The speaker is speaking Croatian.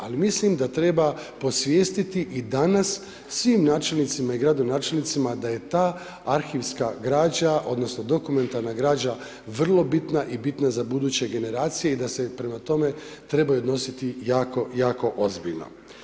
Ali mislim da treba posvijestiti i danas svim načelnicima i gradonačelnicima da je ta arhivska građa, odnosno dokumentarna građa vrlo bitna i bitna za buduće generacije i da se prema tome trebaju odnositi jako, jako ozbiljno.